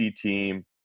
team